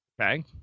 Okay